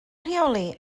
rheoli